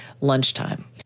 lunchtime